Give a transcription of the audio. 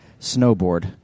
snowboard